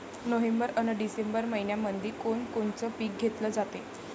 November अन December मइन्यामंधी कोण कोनचं पीक घेतलं जाते?